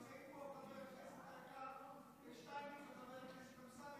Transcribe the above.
נמצאים פה חבר הכנסת היקר שטייניץ וחבר הכנסת אמסלם,